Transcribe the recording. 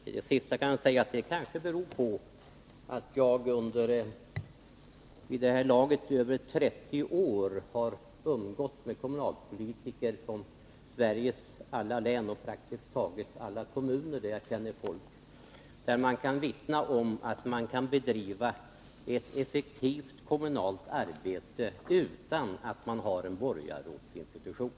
Herr talman! Till det sista kan jag säga att det kanske beror på att jag i över 30 år har umgåtts med kommunalpolitiker från Sveriges alla län och praktiskt taget alla kommuner och att jag därför hört vittnas om att man kan bedriva ett effektivt kommunalt arbete utan att ha en borgarrådsinstitution.